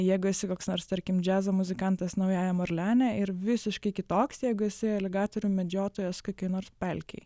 jeigu esi koks nors tarkim džiazo muzikantas naujajam orleane ir visiškai kitoks jeigu esi aligatorių medžiotojas kokioj nors pelkėj